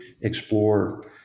explore